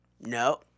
No